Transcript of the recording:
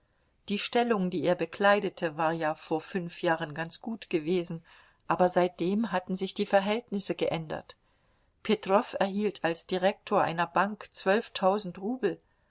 die stellung die er bekleidete war ja vor fünf jahren ganz gut gewesen aber seitdem hatten sich die verhältnisse geändert petrow erhielt als direktor einer bank zwölftausend rubel